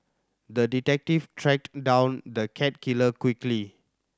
the detective tracked down the cat killer quickly